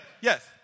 Yes